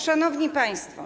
Szanowni Państwo!